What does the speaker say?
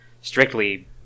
strictly